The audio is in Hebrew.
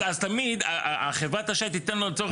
אז תמיד חברת האשראי תיתן לו לצורך